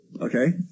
Okay